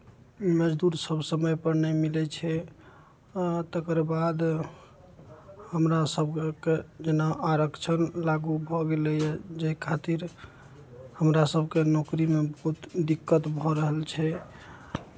मजदूरसभ समयपर नहि मिलै छै आ तकरबाद हमरा सभके जेना आरक्षण लागू भऽ गेलैए जाहि खातिर हमरा सभकेँ नौकरीमे बहुत दिक्कत भऽ रहल छै